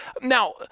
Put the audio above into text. Now